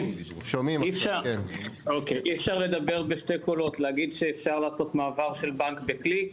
אי אפשר לדבר בשני קולות להגיד שאפשר לעשות מעבר של בנק בקליק,